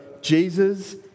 Jesus